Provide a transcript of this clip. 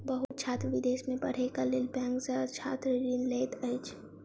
बहुत छात्र विदेश में पढ़ैक लेल बैंक सॅ छात्र ऋण लैत अछि